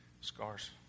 scars